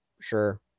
sure